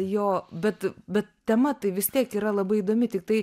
jo bet bet tema tai vis tiek yra labai įdomi tiktai